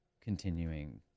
continuing